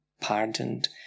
pardoned